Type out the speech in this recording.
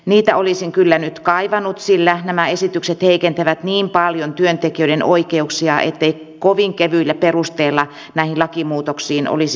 niitä olisin kyllä nyt kaivannut sillä nämä esitykset heikentävät niin paljon työntekijöiden oikeuksia ettei kovin kevyillä perusteilla näihin lakimuutoksiin olisi syytä mennä